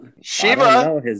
Shiva